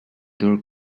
door